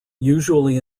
usually